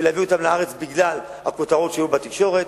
ולהביא אותם לארץ בגלל הכותרות בתקשורת.